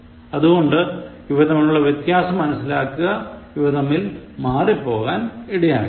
അതുകൊണ്ട് ഇവ തമ്മിലുള്ള വ്യത്യാസം മനസ്സിലാക്കുക ഇവ തമ്മിൽ മാറിപ്പോകാൻ ഇടയാകരുത്